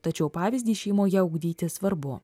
tačiau pavyzdį šeimoje ugdyti svarbu